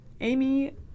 Amy